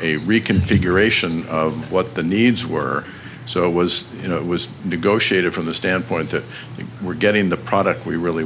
a reconfiguration of what the needs were so was you know it was negotiated from the standpoint that we're getting the product we really